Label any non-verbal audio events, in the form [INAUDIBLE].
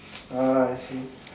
[NOISE] ah I see